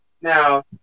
now